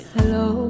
Hello